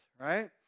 right